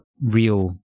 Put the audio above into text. real